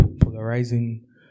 polarizing